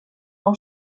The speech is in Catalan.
nou